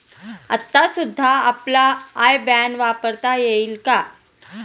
आता सुद्धा आपला आय बॅन वापरता येईल का?